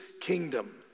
kingdom